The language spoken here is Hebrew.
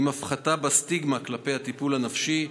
עם הפחתה בסטיגמה כלפי הטיפול הנפשי,